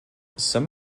some